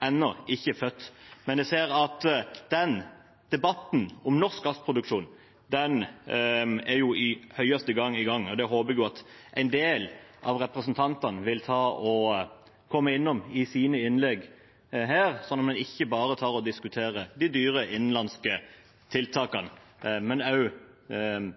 ennå ikke født, men jeg ser at debatten om norsk gassproduksjon i høyeste grad er i gang. Dette håper jeg at en del av representantene vil komme innom i sine innlegg her, sånn at vi ikke bare diskuterer de dyre innenlandske tiltakene, men også